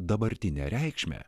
dabartine reikšme